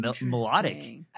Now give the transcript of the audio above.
melodic